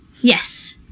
Yes